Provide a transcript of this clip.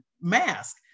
mask